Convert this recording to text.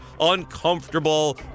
uncomfortable